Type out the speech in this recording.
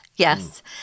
Yes